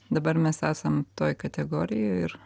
dabar mes esam toj kategorijoj ir